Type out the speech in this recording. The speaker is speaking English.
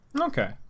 Okay